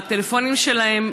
הטלפונים שלהן